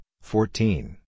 fourteen